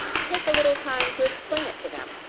take a little time to explain it to them.